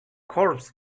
corps